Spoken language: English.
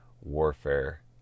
warfare